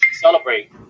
Celebrate